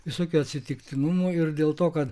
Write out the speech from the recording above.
visokių atsitiktinumų ir dėl to kad